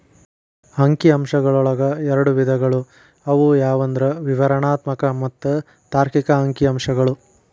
ಅಂಕಿ ಅಂಶಗಳೊಳಗ ಎರಡ್ ವಿಧಗಳು ಅವು ಯಾವಂದ್ರ ವಿವರಣಾತ್ಮಕ ಮತ್ತ ತಾರ್ಕಿಕ ಅಂಕಿಅಂಶಗಳು